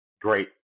great